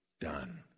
done